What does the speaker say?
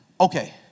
Okay